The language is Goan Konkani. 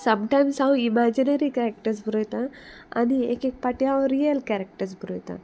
समटायम्स हांव इमॅजिनरी कॅरेक्टर्स बरोयतां आनी एक एक पाटी हांव रियल कॅरेक्टर्स बरयतां